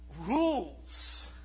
rules